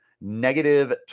negative